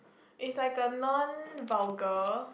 is like a non vulgar